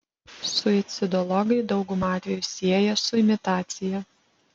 suicidologai daugumą atvejų sieja su imitacija